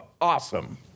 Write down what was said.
awesome